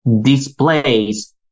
displays